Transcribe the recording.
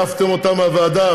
העפתם אותה מהוועדה.